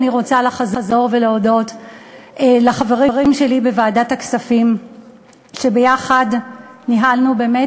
אני רוצה לחזור ולהודות לחברים שלי בוועדת הכספים שביחד ניהלנו באמת,